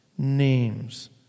Names